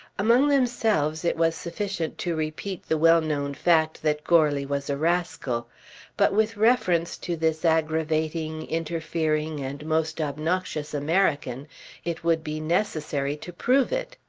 among themselves it was sufficient to repeat the well-known fact that goarly was a rascal but with reference to this aggravating, interfering, and most obnoxious american it would be necessary to prove it.